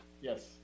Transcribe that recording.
yes